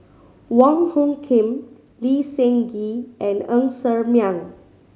Wong Hung Khim Lee Seng Gee and Ng Ser Miang